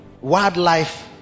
wildlife